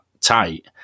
tight